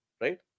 Right